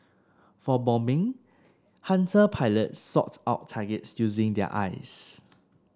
for bombing Hunter pilots sought out targets using their eyes